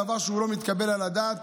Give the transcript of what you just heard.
דבר שלא מתקבל על הדעת.